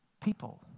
people